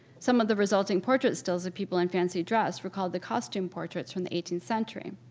some of the resulting portrait stills of people in fancy dress recalled the costume portraits from the eighteenth century.